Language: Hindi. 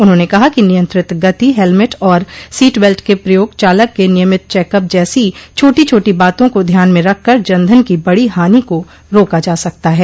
उन्होंने कहा कि नियंत्रित गति हेलमेट और सीट बेल्ट के प्रयोग चालक के नियमित चेकअप जैसी छोटी छोटी बातों को ध्यान में रखकर जनधन की बड़ी हानि को रोका जा सकता है